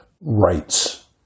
rights